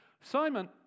Simon